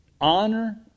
honor